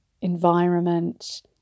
Environment